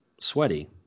sweaty